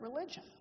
religion